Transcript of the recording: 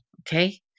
okay